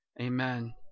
Amen